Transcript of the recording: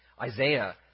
Isaiah